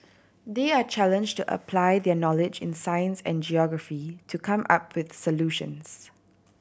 they are challenged to apply their knowledge in science and geography to come up with solutions